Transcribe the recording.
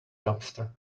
dumpster